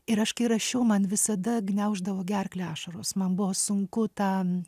ir aš kai rašiau man visada gniauždavo gerklę ašaros man buvo sunku ta